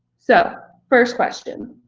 so first question,